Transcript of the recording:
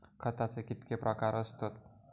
खताचे कितके प्रकार असतत?